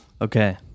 Okay